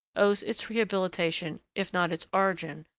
owes its rehabilitation, if not its origin,